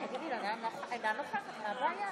תגיבי על הדברים, ואחר כך נעבור להצעת החוק שלך.